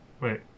Wait